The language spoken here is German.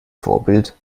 vorbild